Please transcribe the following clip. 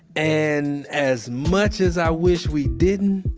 and as much as i wish we didn't,